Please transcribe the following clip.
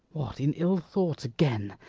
what, in ill thoughts again?